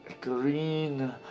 green